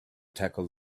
tackled